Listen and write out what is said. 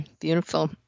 Beautiful